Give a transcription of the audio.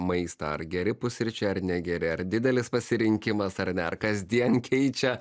maistą ar geri pusryčiai ar ne geri ar didelis pasirinkimas ar ne ar kasdien keičia